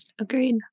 Agreed